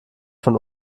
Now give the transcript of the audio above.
von